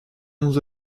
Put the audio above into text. onze